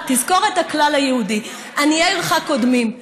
אבל תזכור את הכלל היהודי: עניי עירך קודמים.